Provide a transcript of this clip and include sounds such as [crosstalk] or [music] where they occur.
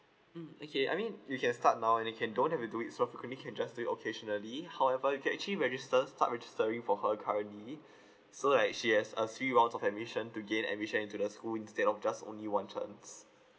mm okay I mean you can start now and you can don't have to do it so you can just do it occasionally however you can actually register start registering for her currently [breath] so like she has a few rounds of admission to gain admission into the school instead of just only one chance